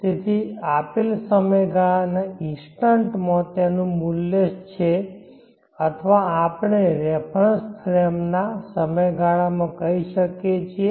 તેથી આપેલ સમયના ઇન્સ્ટન્ટ માં તેનું મૂલ્ય છે અથવા આપણે રેફરન્સ ફ્રેમ ના સમયગાળામાં કહી શકીએ છીએ